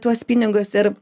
tuos pinigus ir